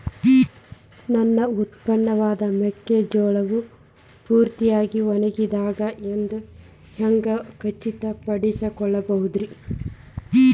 ನನ್ನ ಉತ್ಪನ್ನವಾದ ಮೆಕ್ಕೆಜೋಳವು ಪೂರ್ತಿಯಾಗಿ ಒಣಗಿದೆ ಎಂದು ಹ್ಯಾಂಗ ಖಚಿತ ಪಡಿಸಿಕೊಳ್ಳಬಹುದರೇ?